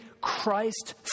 Christ